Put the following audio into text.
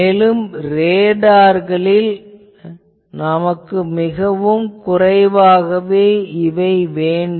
மேலும் ரேடார்களில் நமக்கு மிகவும் குறைவாக வேண்டும்